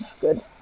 good